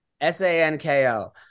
S-A-N-K-O